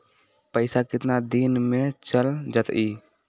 पैसा कितना दिन में चल जतई?